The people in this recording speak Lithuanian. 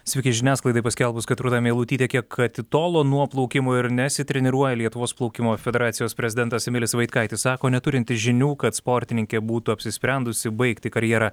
sveiki žiniasklaidai paskelbus kad rūta meilutytė kiek atitolo nuo plaukimo ir nesitreniruoja lietuvos plaukimo federacijos prezidentas emilis vaitkaitis sako neturintis žinių kad sportininkė būtų apsisprendusi baigti karjerą